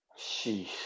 Sheesh